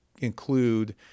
include